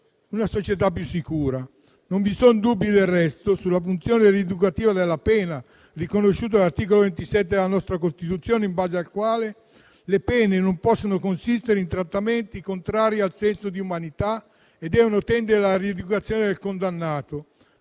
una società più sicura. Non vi sono dubbi, del resto, sulla funzione rieducativa della pena, riconosciuta dall'articolo 27 della nostra Costituzione, in base al quale le pene non possono consistere in trattamenti contrari al senso di umanità e devono tendere alla rieducazione del condannato.